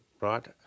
right